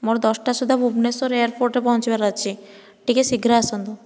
ମୋର ଦଶଟା ସୁଦ୍ଧା ଭୁବନେଶ୍ୱର ଏଆରପୋର୍ଟ ରେ ପହଞ୍ଚିବାର ଅଛି ଟିକିଏ ଶୀଘ୍ର ଆସନ୍ତୁ